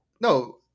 no